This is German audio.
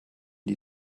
die